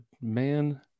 man